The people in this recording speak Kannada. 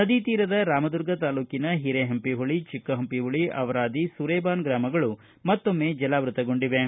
ನದಿ ತೀರದ ರಾಮದುರ್ಗ ತಾಲೂಕಿನ ಹಿರೇಹಂಪಿಹೊಳಿ ಚಿಕ್ಕಪಂಪಿಹೊಳಿ ಅವರಾದಿ ಸುರೇಬಾನ ಗ್ರಾಮಗಳು ಮತ್ತೊಮ್ಮೆ ಜಲಾವೃತಗೊಂಡಿವೆ